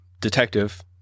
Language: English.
detective